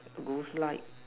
two ghost light